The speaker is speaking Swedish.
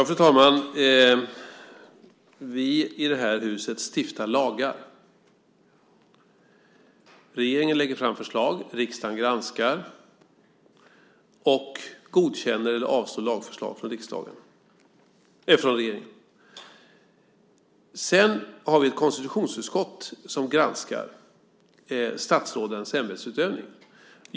Fru talman! Vi i detta hus stiftar lagar. Regeringen lägger fram förslag. Riksdagen granskar och godkänner eller avslår lagförslag från regeringen. Sedan har vi ett konstitutionsutskott som granskar statsrådens ämbetsutövning.